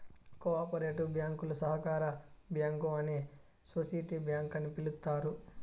co operative బ్యాంకులు సహకార bank అని సోసిటీ బ్యాంక్ అని పిలుత్తారు